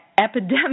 epidemic